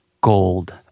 gold